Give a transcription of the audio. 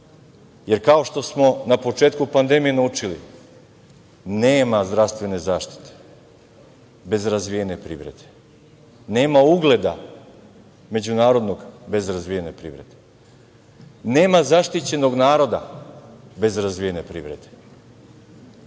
jer kao što smo na početku pandemije naučili nema zdravstvene zaštite bez razvijene privrede, nema ugleda međunarodnog bez razvijene privrede, nema zaštićenog naroda bez razvijene privrede